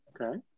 Okay